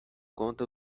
conta